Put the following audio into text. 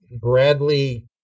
Bradley